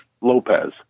Lopez